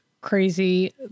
crazy